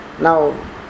Now